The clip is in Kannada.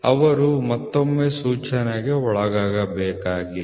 ಅವರು ಮತ್ತೊಮ್ಮೆ ಸೂಚನೆಗೆ ಒಳಗಾಗಬೇಕಾಗಿಲ್ಲ